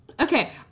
Okay